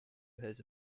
his